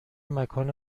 مکان